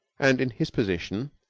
and in his position,